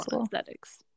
aesthetics